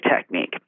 technique